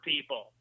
people